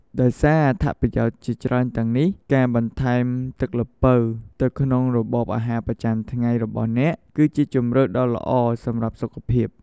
ដោយសារអត្ថប្រយោជន៍ជាច្រើនទាំងនេះ ការបន្ថែមទឹកល្ពៅទៅក្នុងរបបអាហារប្រចាំថ្ងៃរបស់អ្នក គឺជាជម្រើសដ៏ល្អសម្រាប់សុខភាព។